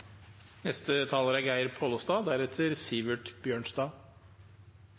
neste taler er